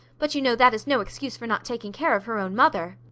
but you know that is no excuse for not taking care of her own mother.